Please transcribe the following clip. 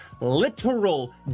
literal